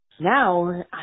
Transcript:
now